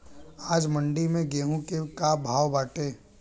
आज मंडी में गेहूँ के का भाव बाटे?